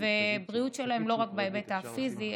ובריאות שלהם לא רק בהיבט הפיזי,